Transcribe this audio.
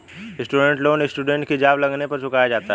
student loan students की job लगने पर चुकाया जाता है